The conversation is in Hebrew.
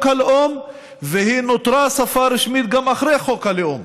הלאום והיא נותרה שפה רשמית גם אחרי חוק הלאום.